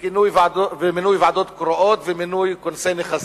ומינוי ועדות קרואות ומינוי כונסי נכסים,